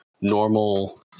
normal